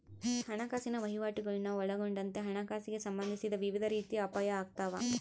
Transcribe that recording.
ಹಣಕಾಸಿನ ವಹಿವಾಟುಗುಳ್ನ ಒಳಗೊಂಡಂತೆ ಹಣಕಾಸಿಗೆ ಸಂಬಂಧಿಸಿದ ವಿವಿಧ ರೀತಿಯ ಅಪಾಯ ಆಗ್ತಾವ